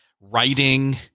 writing